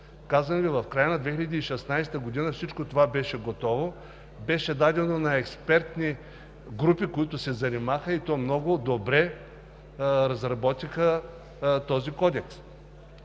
Казах Ви – в края на 2016 г. всичко това беше готово, беше дадено на експертни групи, които се занимаха и много добре разработиха този кодекс.